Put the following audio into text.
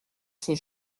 ses